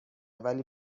ولی